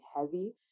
heavy